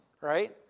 right